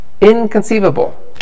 inconceivable